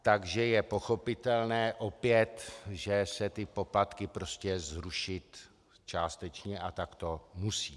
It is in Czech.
Takže je pochopitelné opět, že se poplatky prostě zrušit částečně a takto musí.